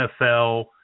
NFL